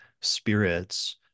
spirits